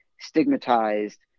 stigmatized